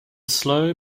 slow